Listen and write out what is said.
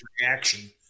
reaction